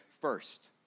first